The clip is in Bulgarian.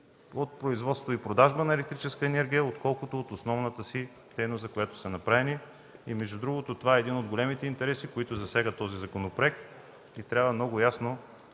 от производство и продажба на електрическа енергия, отколкото от основната си дейност, за която са създадени. Между другото това е един от големите интереси, които засяга този законопроект. Трябва много ясно